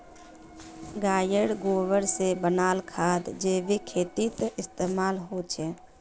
गायेर गोबर से बनाल खाद जैविक खेतीत इस्तेमाल होछे